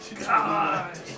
God